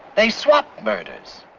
they swapped murders.